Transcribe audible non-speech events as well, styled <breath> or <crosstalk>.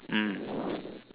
mm <breath>